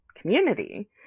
community